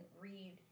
read